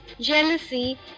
jealousy